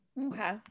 Okay